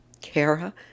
Kara